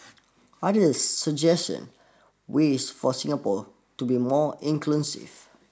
others suggestion ways for Singapore to be more inclusive